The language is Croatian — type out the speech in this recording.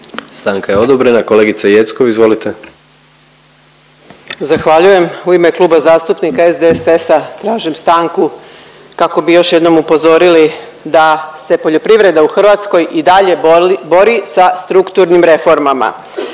Stanka je odobrena. Kolegice Jeckov izvolite. **Jeckov, Dragana (SDSS)** Zahvaljujem. U ime Kluba zastupnika SDSS-a tražim stanku kako bi još jednom upozorili da se poljoprivreda u Hrvatskoj i dalje bori sa strukturnim reformama